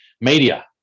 media